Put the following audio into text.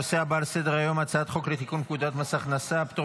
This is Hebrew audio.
הנושא הבא על סדר-היום: הצעת חוק לתיקון פקודת מס הכנסה (פטור